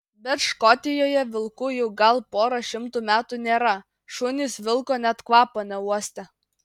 bet škotijoje vilkų jau gal pora šimtų metų nėra šunys vilko net kvapo neuostę